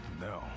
No